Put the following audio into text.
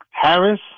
Harris